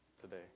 today